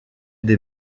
des